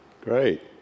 Great